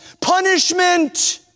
punishment